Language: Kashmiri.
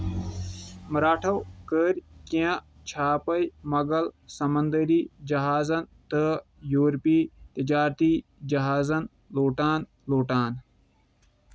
مراٹھو کٔرۍ کینٛہہ چھاپے مغل سمندری جہازن تہٕ یوٗرپی تجارتی جہازن لوٗٹان لوٗٹان